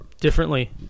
differently